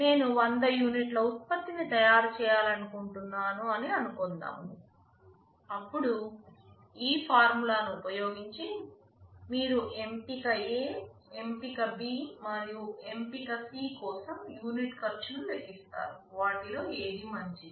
నేను 1000 యూనిట్ల ఉత్పత్తిని తయారు చేయాలనుకుంటున్నాను అని అనుకుందాం అప్పుడు ఈ ఫార్ములాను ఉపయోగించి మీరు ఎంపిక A ఎంపిక B మరియు ఎంపిక C కోసం యూనిట్ ఖర్చును లెక్కిస్తారు వాటిలో ఏది మంచిది